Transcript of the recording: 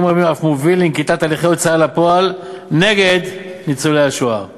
רבים אף מוביל לנקיטת הליכי הוצאה לפועל נגד ניצולי השואה";